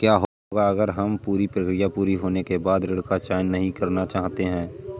क्या होगा अगर हम पूरी प्रक्रिया पूरी होने के बाद ऋण का चयन नहीं करना चाहते हैं?